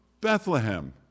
Bethlehem